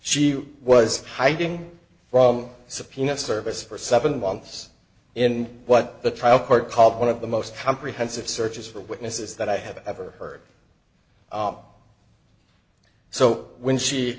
she was hiding from subpoena service for seven months in what the trial court called one of the most comprehensive searches for witnesses that i have ever heard so when she